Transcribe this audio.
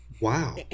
Wow